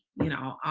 you know.